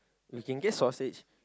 we can get sausage